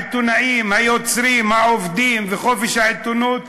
העיתונאים, היוצרים, העובדים, ועל חופש העיתונות,